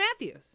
matthews